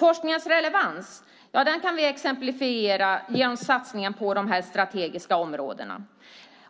Forskningens relevans kan vi exemplifiera genom satsningen på de strategiska områdena.